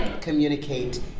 communicate